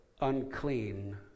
unclean